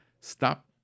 stop